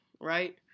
right